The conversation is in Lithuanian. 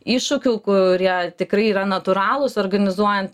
iššūkių kurie tikrai yra natūralūs organizuojant